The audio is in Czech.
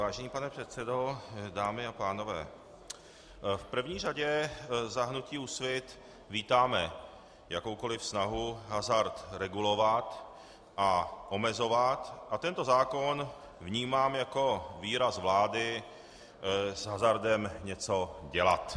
Vážený pane předsedo, dámy a pánové, v první řadě za hnutí Úsvit vítáme jakoukoli snahu hazard regulovat a omezovat a tento zákon vnímám jako výraz vlády s hazardem něco dělat.